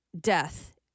death